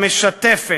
המשתפת,